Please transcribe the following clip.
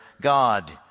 God